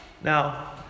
Now